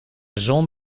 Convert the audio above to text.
zon